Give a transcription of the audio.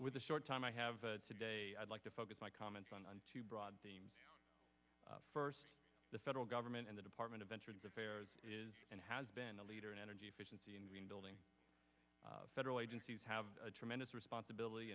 with the short time i have today i'd like to focus my comments on on two broad themes first the federal government and the department of veterans affairs is and has been a leader in energy efficiency in green building federal agencies have a tremendous responsibility